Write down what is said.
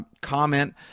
comment